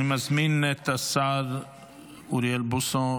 אני מזמין את השר אוריאל בוסו,